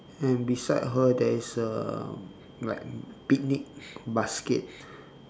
and beside her there is uh like picnic basket